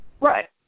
Right